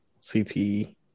CTE